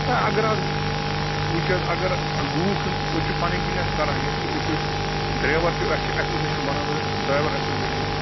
ہے اگر حظ وُچھ حظ اگر لوٗکن أسۍ چھِ پَنٕنۍ کِنۍ حظ کَران یۅس أسۍ یۅس ڈرٛیوَر چھِ اَسہِ چھِ ایٚسوسیشَن بَنٲومٕژ حظ ڈرٛیوَر ایسوسیشَن حظ